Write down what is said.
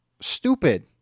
stupid